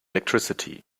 electricity